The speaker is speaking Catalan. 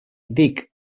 dic